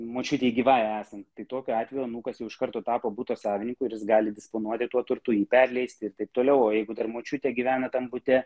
močiutei gyvai esant tai tokiu atveju anūkas jau iš karto tapo buto savininku ir jis gali disponuoti tuo turtu jį perleisti ir taip toliau o jeigu dar močiutė gyvena kamputyje